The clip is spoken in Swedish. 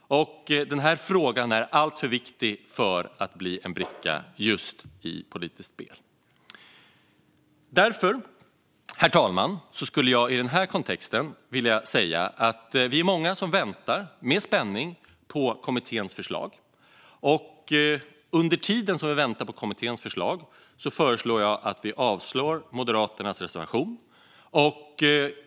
Den här frågan är alltför viktig för att bli en bricka i ett politiskt spel. Därför, herr talman, skulle jag i den här kontexten vilja säga att vi är många som med spänning väntar på kommitténs förslag. Under den tid som vi väntar på kommitténs förslag föreslår jag att vi avslår Moderaternas reservation.